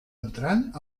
entrant